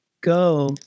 go